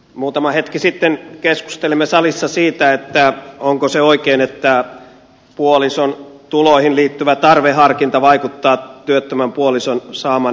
muutama hetki sitten keskustelimme salissa siitä onko se oikein että puolison tuloihin liittyvä tarveharkinta vaikuttaa työttömän puolison saamaan työmarkkinatukeen